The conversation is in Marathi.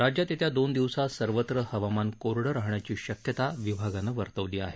राज्यात येत्या दोन दिवसात सर्वत्र हवामान कोरडं राहण्याची शक्यता हवामान विभागानं वर्तवली आहे